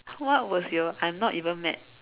what was your I'm not even mad